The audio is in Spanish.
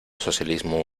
socialismo